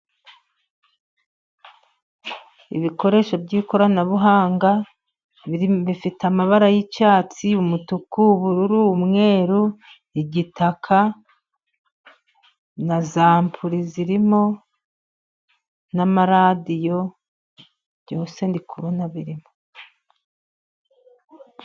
Ibikoresho by'ikoranabuhanga bifite amabara y'icyatsi, umutuku, ubururu, umweru, igitaka, na za mpuri zirimo, n'amaradiyo, byose ndi kubona birimo.